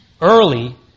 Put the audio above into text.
early